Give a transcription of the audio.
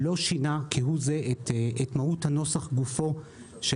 לא שינה כהוא זה את מהות הנוסח גופו של